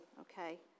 okay